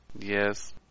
Yes